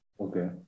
Okay